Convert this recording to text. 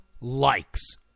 likes